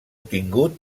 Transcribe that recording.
tingut